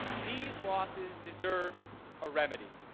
these losses deserve a remedy.